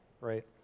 right